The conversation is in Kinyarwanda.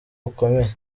bukomeye